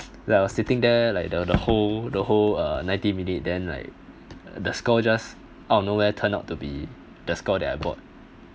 I was sitting there like the the the whole the whole uh ninety minute then like the score just out of nowhere turn out to be the score that I bought